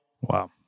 Wow